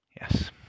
yes